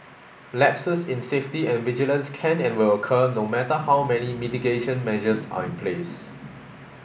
lapses in safety and vigilance can and will occur no matter how many mitigation measures are in place